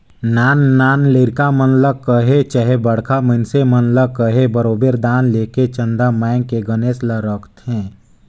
नान नान लरिका मन ल कहे चहे बड़खा मइनसे मन ल कहे बरोबेर दान लेके चंदा मांएग के गनेस ल रखथें